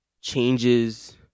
changes